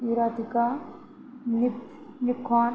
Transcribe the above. यूरातिका निप निखॉन